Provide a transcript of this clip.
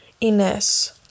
Ines